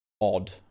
odd